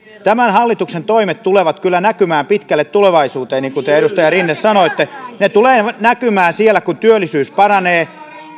tämän hallituksen toimet tulevat kyllä näkymään pitkälle tulevaisuuteen niin kuin te edustaja rinne sanoitte ne tulevat näkymään kun työllisyys paranee